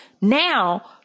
now